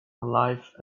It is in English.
life